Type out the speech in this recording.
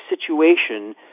situation